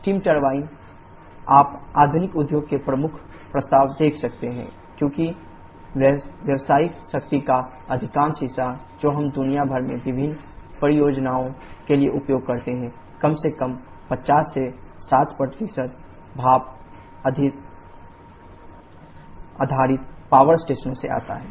steam turbine आप आधुनिक उद्योग के प्रमुख प्रस्तावक देख सकते हैं क्योंकि व्यावसायिक शक्ति का अधिकांश हिस्सा जो हम दुनिया भर में विभिन्न प्रयोजनों के लिए उपयोग करते हैं कम से कम 50 से 60 भाप आधारित पवर स्टेशनों से आते हैं